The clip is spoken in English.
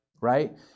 right